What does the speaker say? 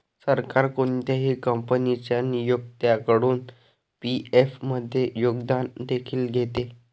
सरकार कोणत्याही कंपनीच्या नियोक्त्याकडून पी.एफ मध्ये योगदान देखील घेते